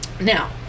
Now